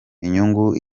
inyungu